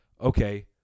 Okay